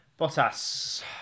Bottas